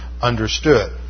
understood